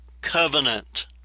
covenant